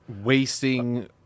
wasting